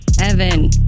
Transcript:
Evan